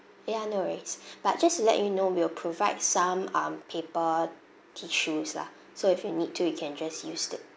ya no worries but just to let you know we'll provide some um paper tissues lah so if you need to you can just use it